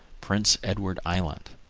prince edward island.